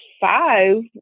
five